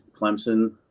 Clemson